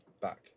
back